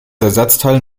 ersatzteil